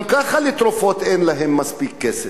גם ככה לתרופות אין להם מספיק כסף.